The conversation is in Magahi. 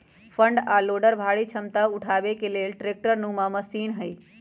फ्रंट आ लोडर भारी क्षमता उठाबे बला ट्रैक्टर नुमा मशीन हई